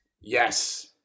yes